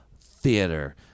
Theater